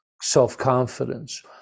self-confidence